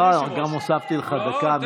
הוספתי לך דקה.